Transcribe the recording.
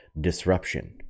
disruption